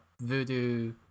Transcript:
voodoo